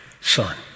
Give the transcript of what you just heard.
son